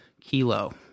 Kilo